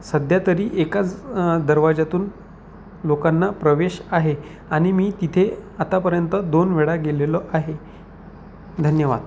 सध्या तरी एकाच दरवाजातून लोकांना प्रवेश आहे आणि मी तिथे आतापर्यंत दोनवेळा गेलेलो आहे धन्यवाद